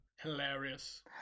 hilarious